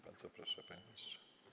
Bardzo proszę, panie ministrze.